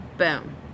Boom